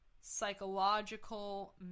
psychological